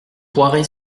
poiré